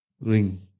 ring